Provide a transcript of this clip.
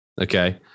Okay